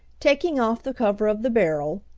taking off the cover of the barrel,